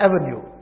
avenue